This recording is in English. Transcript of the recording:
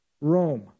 Rome